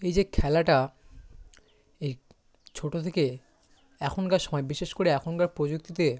এই যে খেলাটা এই ছোটো থেকে এখনকার সময়ে বিশেষ করে এখনকার প্রযুক্তিতে